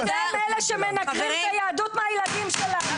אתם אלה שמנכרים את היהדות מהילדים שלנו.